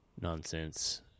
nonsense